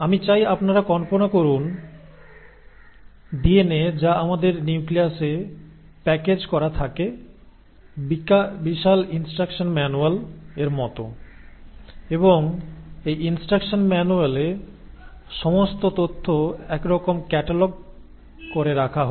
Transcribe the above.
আমি চাই আপনারা কল্পনা করা শুরু করুন ডিএনএ যা আমাদের নিউক্লিয়াসে প্যাকেজ করা থাকে বিশাল ইনস্ট্রাকশন ম্যানুয়াল এর মত এবং এই ইনস্ট্রাকশন ম্যানুয়ালে সমস্ত তথ্য এক রকম ক্যাটালগ করে রাখা হয়